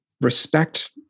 respect